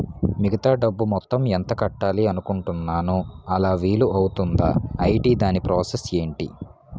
మిగతా డబ్బు మొత్తం ఎంత కట్టాలి అనుకుంటున్నాను అలా వీలు అవ్తుంధా? ఐటీ దాని ప్రాసెస్ ఎంటి?